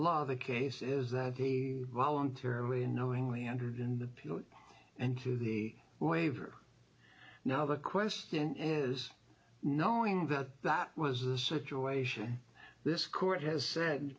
law of the case is that he voluntarily and knowingly entered in the pew and to the waiver now the question is knowing that that was the situation this court has said